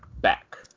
back